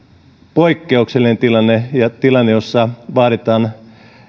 poikkeuksellinen tilanne ja tilanne jossa vaaditaan